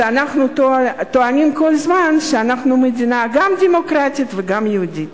כשאנחנו טוענים כל הזמן שאנחנו מדינה גם דמוקרטית וגם יהודית.